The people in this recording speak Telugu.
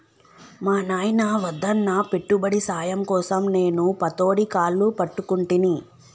మా నాయిన వద్దన్నా పెట్టుబడి సాయం కోసం నేను పతోడి కాళ్లు పట్టుకుంటిని